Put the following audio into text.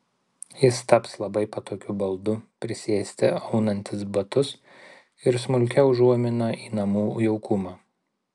jis taps labai patogiu baldu prisėsti aunantis batus ir smulkia užuomina į namų jaukumą